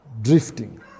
Drifting